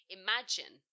imagine